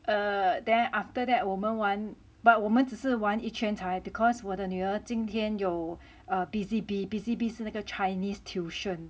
err then after that 我们玩 but 我们只是玩一圈才 because 我的女儿今天有 Busy Bee Busy Bee 是那个 chinese tuition